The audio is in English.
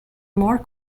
more